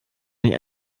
nicht